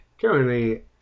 Currently